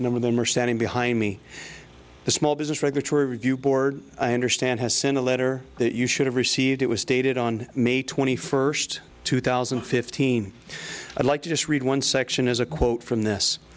of them are standing behind me the small business regulatory review board i understand has sent a letter that you should have received it was stated on may twenty first two thousand and fifteen i'd like to just read one section is a quote from this